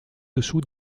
dessous